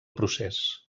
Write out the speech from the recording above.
procés